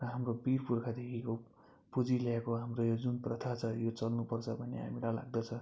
र हाम्रो वीर पुर्खादेखिको पुजिल्याएको यो हाम्रो जुन प्रथा छ यो चल्नुपर्छ हामीलाई लाग्दछ